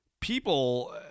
people